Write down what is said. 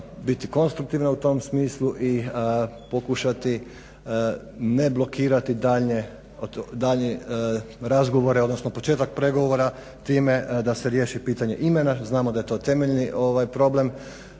biti konstruktivna u tom smislu i pokušati ne blokirati daljnje razgovore odnosno početak pregovora time da se riješi pitanje imena, znamo da je to temeljni problem